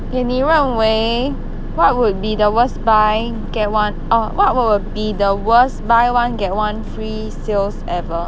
eh 你认为 what would be the worst buy get one oh what would be the worst buy one get one free sales ever